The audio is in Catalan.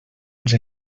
ens